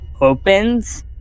Opens